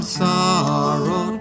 sorrow